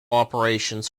operations